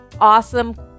awesome